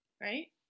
Right